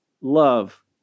love